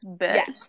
Yes